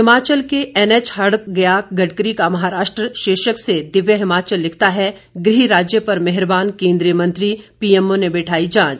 हिमाचल के एनएच हड़प गया गड़करी का महाराष्ट्र शीर्षक से दिव्य हिमाचल लिखता है गृह राज्य पर मेहरबान केंद्रीय मंत्री पीएमओ ने बिठाई जांच